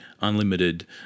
unlimited